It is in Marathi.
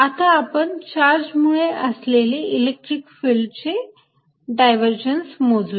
आता आपण चार्ज मुळे असलेले इलेक्ट्रिक फिल्डचे डायव्हर्जन्स मोजुया